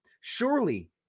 Surely